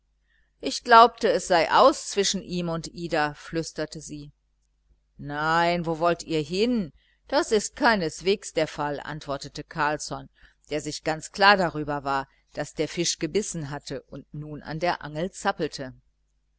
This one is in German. ich glaubte es sei aus zwischen ihm und ida flüsterte sie nein wo wollt ihr hin das ist keineswegs der fall antwortete carlsson der sich ganz klar darüber war daß der fisch gebissen hatte und nun an der angel zappelte